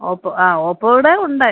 Oppo ആ ഓപ്പോയുടെ ഉണ്ട്